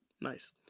Nice